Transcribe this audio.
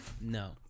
no